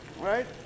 Right